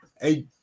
Hey